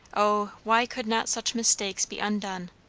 o, why could not such mistakes be undone!